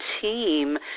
team